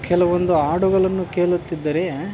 ಕೆಲವೊಂದು ಹಾಡುಗಳನ್ನು ಕೇಳುತ್ತಿದ್ದರೆ